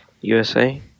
USA